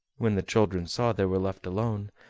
when the children saw they were left alone,